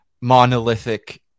monolithic